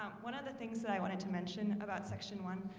um one of the things that i wanted to mention about section one,